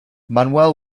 manuel